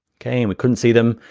okay, and we couldn't see them.